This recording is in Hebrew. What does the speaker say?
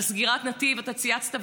על סגירת נתיב אתה צייצת ואמרת: